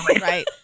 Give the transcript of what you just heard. Right